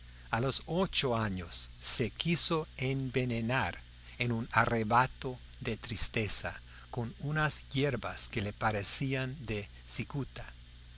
a los ocho años se quiso envenenar en un arrebato de tristeza con unas yerbas que le parecían de cicuta